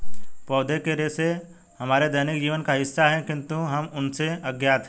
पौधों के रेशे हमारे दैनिक जीवन का हिस्सा है, किंतु हम उनसे अज्ञात हैं